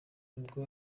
ubwo